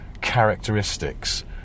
characteristics